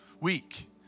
week